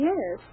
Yes